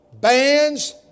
bands